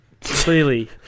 Clearly